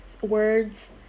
words